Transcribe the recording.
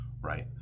right